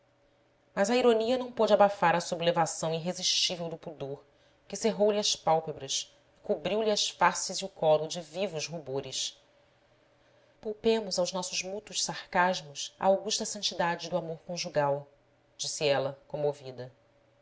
mas a ironia não pôde abafar a sublevação irresistível do pudor que cerrou lhe as pálpebras e cobriu lhe as faces e o colo de vivos rubores poupemos aos nossos mútuos sarcasmos a augusta santidade do amor conjugal disse ela comovida